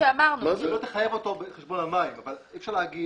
לא תחייב אותו בחשבון המים, אבל אי אפשר להגיד